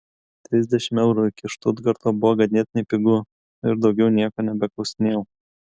trisdešimt eurų iki štutgarto buvo ganėtinai pigu ir daugiau nieko nebeklausinėjau